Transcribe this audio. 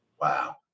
Wow